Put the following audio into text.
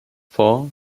four